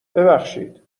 ببخشید